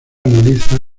analiza